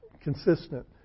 consistent